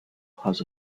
has